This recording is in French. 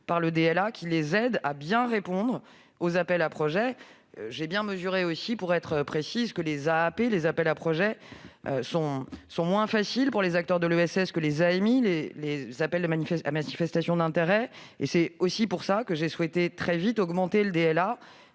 par le DLA, qui les aide à bien répondre aux appels à projets. J'ai bien mesuré aussi, pour être précise, que les appels à projets, les AAP, sont moins faciles pour les acteurs de l'ESS que les appels à manifestation d'intérêt, les AMI. C'est aussi pour cela que j'ai souhaité très vite augmenter le DLA